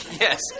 Yes